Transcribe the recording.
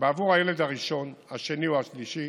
בעבור הילד הראשון, השני או השלישי